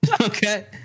Okay